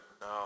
No